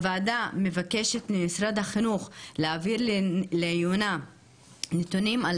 הוועדה מבקשת ממשרד החינוך להעביר לעיונה נתונים על